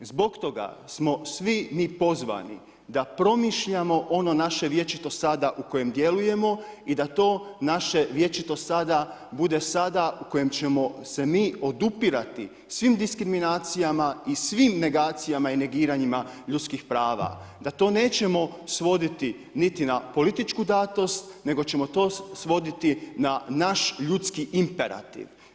Zbog toga smo svi mi pozvani da promišljamo ono naše vječito sada u kojem djelujemo i da to naše vječito sada bude sada u kojem ćemo se mi odupirati svim diskriminacijama i svim negacijama i negiranjima ljudskih prava, da to nećemo svoditi niti na političku datost nego ćemo to svoditi na naš ljudski imperativ.